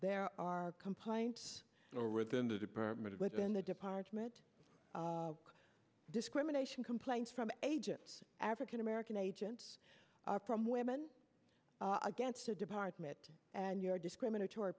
there are complaints or within the department within the department discrimination complaints from agents african american agents from women against the department and your discriminatory